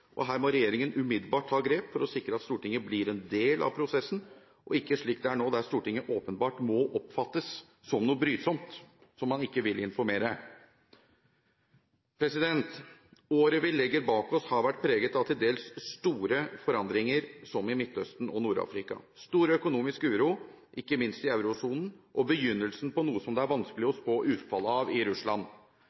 flykjøpet. Her må regjeringen umiddelbart ta grep for å sikre at Stortinget blir en del av prosessen, og ikke slik det er nå, der Stortinget åpenbart må oppfattes som noe brysomt som man ikke vil informere. Året vi legger bak oss, har vært preget av til dels store forandringer – som i Midtøsten og Nord-Afrika – stor økonomisk uro, ikke minst i eurosonen, og begynnelsen på noe som det er vanskelig å spå utfallet av i Russland.